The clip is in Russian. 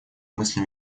мысли